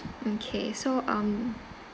okay so um